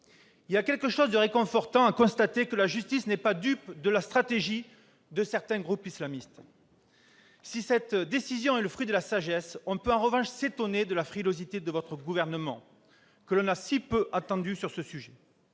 Il y a quelque chose de réconfortant à constater que la justice n'est pas dupe de la stratégie de certains groupes identitaires ! Si cette décision est le fruit de la sagesse, on peut, en revanche, s'étonner de la frilosité du Gouvernement, que l'on a si peu entendu sur ce sujet.